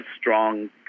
strong